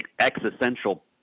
existential